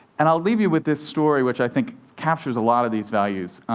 and i'll leave you with this story, which i think captures a lot of these values.